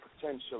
potential